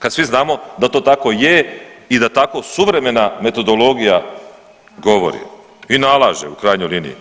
Kad svi znamo da to tako je i da je tako suvremena metodologija govori i nalaže u krajnjoj liniji.